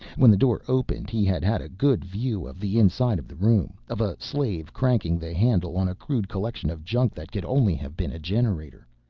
when the door opened he had had a good view of the inside of the room, of a slave cranking the handle on a crude collection of junk that could only have been a generator.